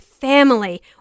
family